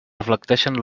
reflecteixen